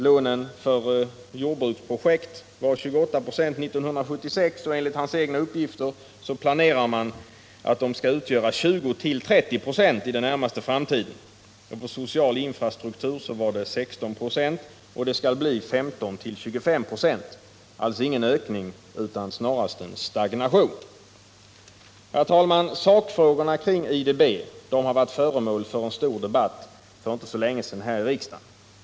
Lånen för jordbruksprojekt var 28 96 1976, och enligt handelsministerns egna uppgifter planerar man att de skall utgöra 20-30 926 inom den närmaste framtiden, men på social infrastruktur var det 16 926 och det skall bli 15-25 96, alltså ingen ökning utan snarast en stagnation. Herr talman! Sakfrågorna kring IDB har varit föremål för en stor debatt här i riksdagen för inte så länge sedan.